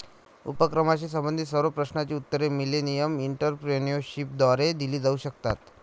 उपक्रमाशी संबंधित सर्व प्रश्नांची उत्तरे मिलेनियम एंटरप्रेन्योरशिपद्वारे दिली जाऊ शकतात